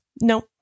No